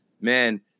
man